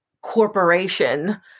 corporation